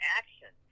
action